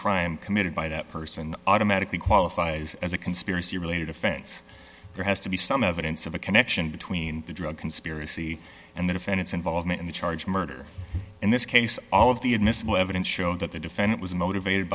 crime committed by that person automatically qualify as a conspiracy related offense there has to be some evidence of a connection between the drug conspiracy and the defend its involvement in the charge murder in this case all of the admissible evidence showed that the defendant was motivated